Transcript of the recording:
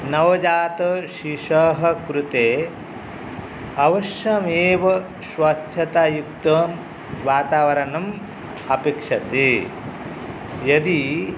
नवजातशिशोः कृते अवश्यमेव स्वच्छतायुक्तवातावरणम् अपेक्षते यदि